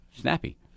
snappy